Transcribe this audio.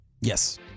Yes